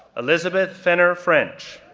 elizabeth fenner french,